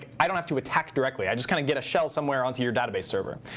i don't have to attack directly. i just kind of get a shell somewhere onto your database server.